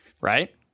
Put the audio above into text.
right